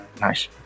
Nice